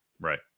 Right